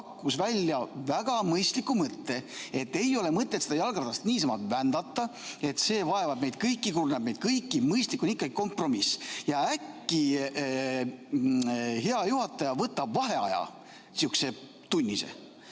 pakkus välja väga mõistliku mõtte: ei ole mõtet seda jalgratast vändata, see vaevab meid kõiki ja kurnab meid kõiki, mõistlik on ikkagi kompromiss. Äkki hea juhataja võtab vaheaja, sihukese tunnise,